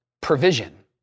provision